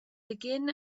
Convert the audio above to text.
begin